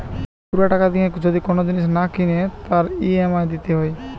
পুরা টাকা দিয়ে যদি কোন জিনিস না কিনে তার ই.এম.আই দিতে হয়